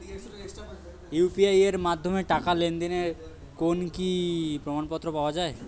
UPI এর মাধ্যমে টাকা লেনদেনের কোন কি প্রমাণপত্র পাওয়া য়ায়?